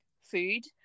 food